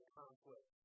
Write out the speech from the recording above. conflict